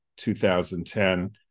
2010